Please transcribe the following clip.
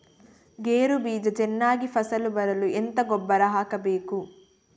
ಗೇರು ಬೀಜ ಚೆನ್ನಾಗಿ ಫಸಲು ಬರಲು ಎಂತ ಗೊಬ್ಬರ ಹಾಕಬೇಕು?